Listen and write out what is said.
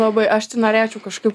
labai aš tai norėčiau kažkaip